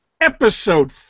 episode